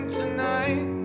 tonight